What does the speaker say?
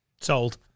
Sold